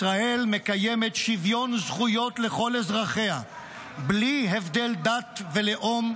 ישראל מקיימת שוויון זכויות לכל אזרחיה בלי הבדל דת ולאום,